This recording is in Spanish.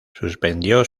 suspendió